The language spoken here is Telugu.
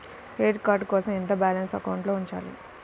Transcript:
క్రెడిట్ కార్డ్ కోసం ఎంత బాలన్స్ అకౌంట్లో ఉంచాలి?